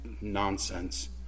nonsense